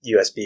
USB